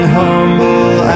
humble